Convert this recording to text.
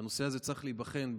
שהנושא הזה צריך להיבחן,